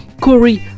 Corey